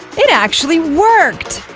it actually worked!